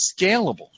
scalable